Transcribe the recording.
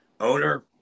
owner